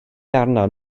arnom